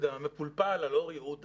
המפולפל על אור יהודה